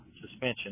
suspension